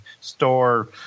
store –